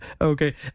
okay